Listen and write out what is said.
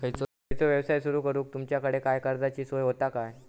खयचो यवसाय सुरू करूक तुमच्याकडे काय कर्जाची सोय होता काय?